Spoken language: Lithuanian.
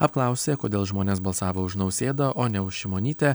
apklausė kodėl žmonės balsavo už nausėdą o ne už šimonytę